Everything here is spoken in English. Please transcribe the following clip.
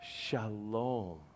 Shalom